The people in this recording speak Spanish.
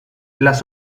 las